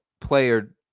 player